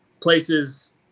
places